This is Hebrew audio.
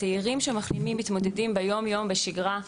הצעירים שמחלימים, מתמודדים ביום-יום, בשגרה,